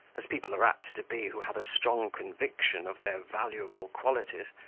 as people are apt to be who have a strong conviction of their valuable qualities,